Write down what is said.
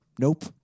Nope